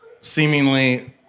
seemingly